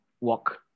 walk